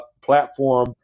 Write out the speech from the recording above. platform